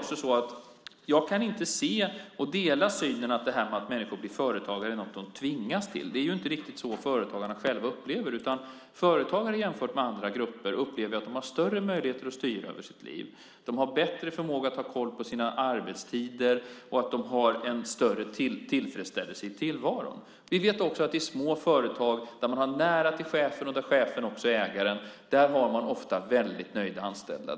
Jag kan inte förstå eller dela synen att människor tvingas bli företagare. Det är inte riktigt så företagarna själva upplever det. Företagare upplever jämfört med andra grupper att de har större möjligheter att styra över sitt liv, bättre förmåga att ha koll på sina arbetstider, och de känner en större tillfredsställelse i tillvaron. Vi vet också att i små företag, där man har nära till chefen och där chefen också är ägaren, har man ofta väldigt nöjda anställda.